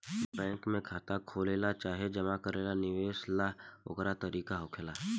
bank में खाता खोलेला चाहे जमा करे निकाले ला ओकर तरीका होखेला